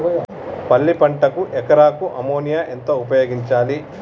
పల్లి పంటకు ఎకరాకు అమోనియా ఎంత ఉపయోగించాలి?